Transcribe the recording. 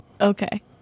Okay